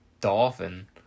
dolphin